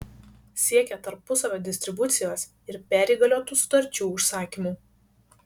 siekia tarpusavio distribucijos ir perįgaliotų sutarčių užsakymų